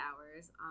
hours